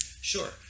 Sure